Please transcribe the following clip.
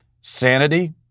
sanity